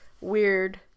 weird